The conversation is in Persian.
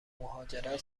مهاجرت